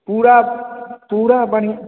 पूरा पूरा बढ़िऑं